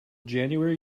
january